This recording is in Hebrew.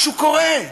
משהו קורה.